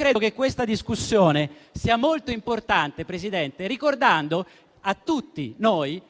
Credo che questa discussione sia molto importante, ricordando a tutti noi